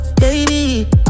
baby